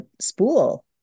spool